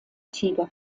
tiger